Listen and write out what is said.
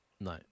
No